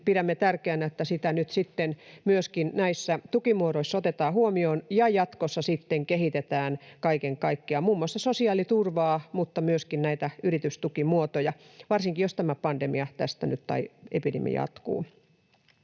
pidämme tärkeänä, että sitä nyt sitten myöskin näissä tukimuodoissa otetaan huomioon ja jatkossa sitten kehitetään kaiken kaikkiaan — muun muassa sosiaaliturvaa, mutta myöskin yritystukimuotoja, varsinkin jos tämä pandemia tai epidemia